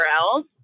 else